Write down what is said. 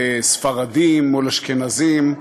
ספרדים מול אשכנזים,